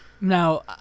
Now